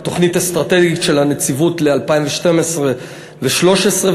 תוכנית אסטרטגית של הנציבות ל-2012 ו-2013,